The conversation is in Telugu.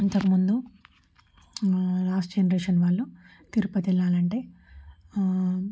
ఇంతకుముందు లాస్ట్ జనరేషన్ వాళ్ళు తిరుపతి వెళ్ళాలంటే